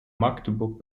magdeburg